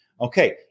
Okay